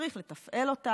צריך לתפעל אותה,